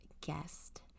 guest